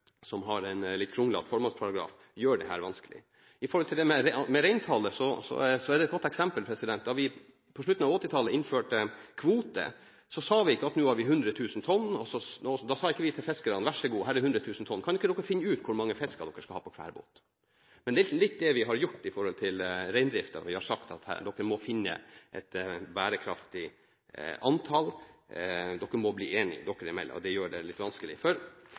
som har en litt kronglete formålsparagraf, gjør dette vanskelig, og reintallet er et godt eksempel. Da vi på slutten av 1980-tallet innførte kvoter, sa vi ikke til fiskerne: Vær så god, her er 100 000 tonn. Kan ikke dere finne ut hvor mange fisk dere skal ha på hver båt? Men det er nesten det vi har gjort når det gjelder reindriften. Vi har sagt at man må finne et bærekraftig antall, og at man må bli enige seg imellom. Og det gjør det litt vanskelig. Formålsparagrafen i reindriftsloven sier at reindriften er pålagt å drive bærekraftig – økonomisk bærekraftig, økologisk bærekraftig og kulturelt bærekraftig. For